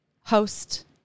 host